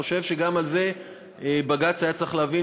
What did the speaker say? חושב שגם על זה בג"ץ היה צריך להבין